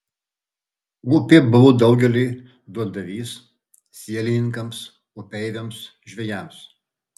upė buvo daugeliui duondavys sielininkams upeiviams žvejams